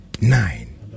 nine